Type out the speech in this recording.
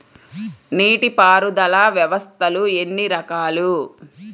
నీటిపారుదల వ్యవస్థలు ఎన్ని రకాలు?